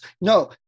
No